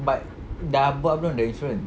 but dah buat belum the insurance